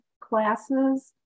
classes